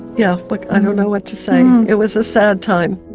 yeah but i don't know what to say, it was a sad time.